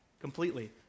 completely